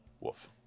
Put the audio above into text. Woof